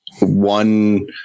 one